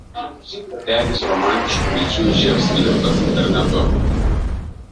regis romantiškų vilčių įžiebs flirtas internetu